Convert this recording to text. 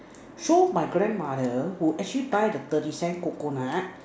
so my grandmother who actually buy the thirty cent coconut